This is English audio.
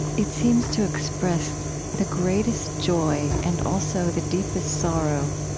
it seems to express the greatest joy and also the deepest sorrow,